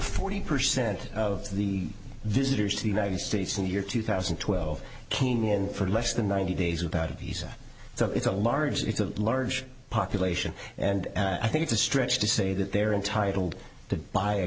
forty percent of the visitors to the united states in the year two thousand and twelve kenyan for less than ninety days without a visa so it's a large it's a large population and i think it's a stretch to say that they're entitled to